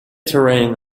terrain